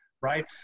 right